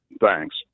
Thanks